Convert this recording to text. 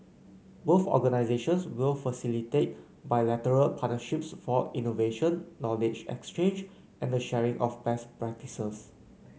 both organisations will facilitate bilateral partnerships for innovation knowledge exchange and the sharing of best practices